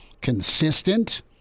consistent